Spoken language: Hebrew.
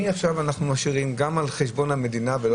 מעכשיו אנחנו משאירים גם על חשבון המדינה ולא